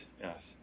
yes